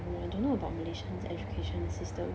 oh I don't know about Malaysia's education system